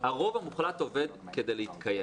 הרוב המוחלט עובד כדי להתקיים